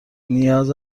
نیاز